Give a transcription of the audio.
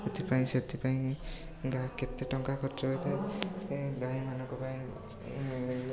ସେଥିପାଇଁ ସେଥିପାଇଁ ଗାଈ ଟଙ୍କା ଖର୍ଚ୍ଚ ହେଇଥାଏ ଗାଈମାନଙ୍କ ପାଇଁ